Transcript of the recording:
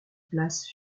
place